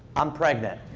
i'm pregnant.